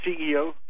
CEO